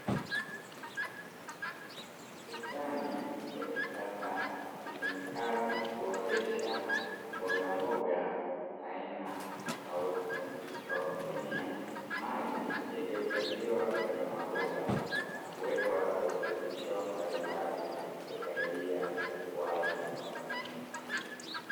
Bustani ya kisasa itumikayo kuotesha mbogamboga aina tofauti, kwa kutumia maji yaliyohifadhiwa kwenye mabomba, na kuwekwa virutubisho mbalimbali kusaidia ukuaji wa mimea hiyo.